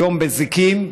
היום בזיקים,